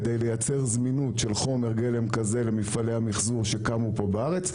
כדי לייצר זמינות של חומר גלם כזה למפעלי המחזור שקמו פה בארץ,